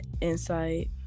insight